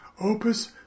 opus